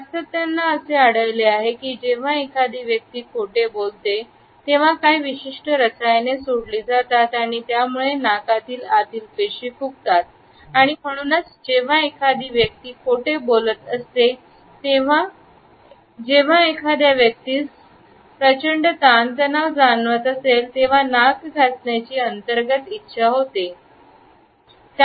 शास्त्रज्ञांना असे आढळले आहे की जेव्हा एखादी व्यक्ती खोटे बोलते तेव्हा काही विशिष्ट रसायने सोडली जातात आणि यामुळे नाकातील आतील पेशी फुगतात आणि म्हणूनच जेव्हा एखादी व्यक्ती खोटे बोलत असते किंवा जेव्हा एखाद्या व्यक्तीस प्रचंड ताणतणाव जाणवत असेल तेव्हा नाक घासण्याची अंतर्गत इच्छा असते